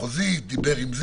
נחזור, אני